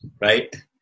right